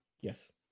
yes